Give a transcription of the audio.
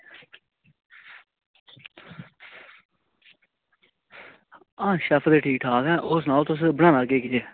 अच्छा बाकी ते ठीक ठाक ऐ बाकी तुस सनाओ होर बनाना केह् केह् ऐ